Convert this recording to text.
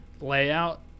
layout